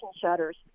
shutters